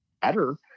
better